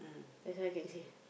that's all I can say